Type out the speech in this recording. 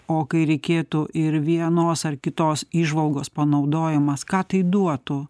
o kai reikėtų ir vienos ar kitos įžvalgos panaudojimas ką tai duotų